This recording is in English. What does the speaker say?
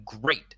great